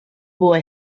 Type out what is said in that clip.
boy